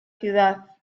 ciudad